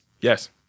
Yes